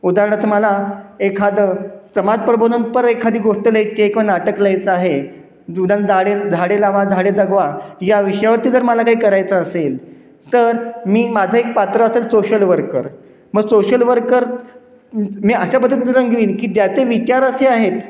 उदाहरणार्थ मला एखादं समाज प्रबोधन पर एखादी गोष्ट लिहायची किंवा नाटक लिहायचं आहे उदा झाडे झाडे लावा झाडे जगवा या विषयावरती जर मला काही करायचं असेल तर मी माझं एक पात्र असेल सोशल वर्कर मग सोशल वर्कर मी अशा पद्धतीन रंगवीन कि ज्याचे विचार असे आहेत